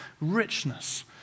richness